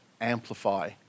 amplify